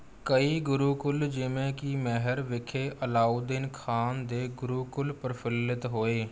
ਕਈ ਗੁਰੂਕੁਲ ਜਿਵੇਂ ਕਿ ਮੈਹਰ ਵਿਖੇ ਅਲਾਉਦੀਨ ਖਾਨ ਦੇ ਗੁਰੂਕੁਲ ਪ੍ਰਫੁੱਲਿਤ ਹੋਏ